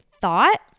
thought